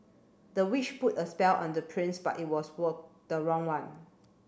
the witch put a spell on the prince but it was were the wrong one